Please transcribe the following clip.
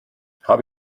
habe